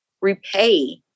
repay